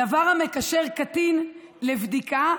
"דבר המקשר קטין לבדיקה,